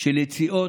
של יציאות,